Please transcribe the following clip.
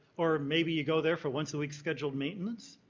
or maybe you go there for once a week scheduled maintenance.